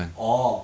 orh